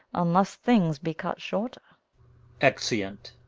unless things be cut shorter exeunt.